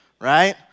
right